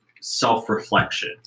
self-reflection